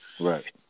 Right